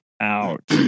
out